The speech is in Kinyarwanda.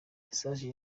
message